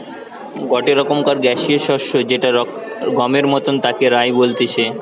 গটে রকমকার গ্যাসীয় শস্য যেটা গমের মতন তাকে রায় বলতিছে